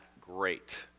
great